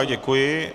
Děkuji.